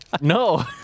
No